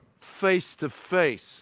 face-to-face